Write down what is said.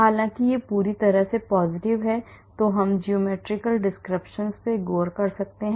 हालांकि यह पूरी तरह से सकारात्मक है तो हम geometrical descriptors पर गौर कर सकते हैं